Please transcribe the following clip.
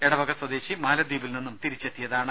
എടവക സ്വദേശി മാലദ്വീപിൽ നിന്നും തിരിച്ചെത്തിയതാണ്